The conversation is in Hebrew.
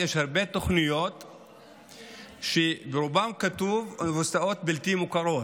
יש הרבה תוכניות שברובן כתוב "אוניברסיטאות בלתי מוכרות",